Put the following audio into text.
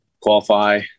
qualify